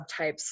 subtypes